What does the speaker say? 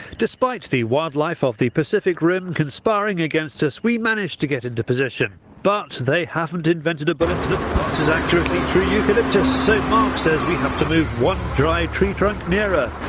despite the wildlife of the pacific rim conspiring against us, we manage to get into position. but they haven't invented a bullet that passes accurately through eucalyptus, so mark says we have to move one dry tree trunk nearer.